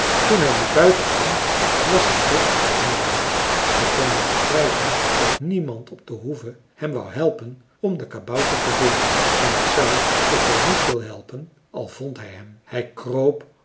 toen hij weer buiten kwam was hij recht moedeloos hij kon wel begrijpen dat niemand op de hoeve hem wou helpen om den kabouter te vinden en het zou ook wel niet veel helpen al vond hij hem hij kroop